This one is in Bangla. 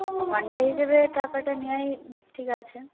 ঘণ্টা হিসেবে টাকাটা নেওয়াই ঠিক আছে